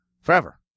forever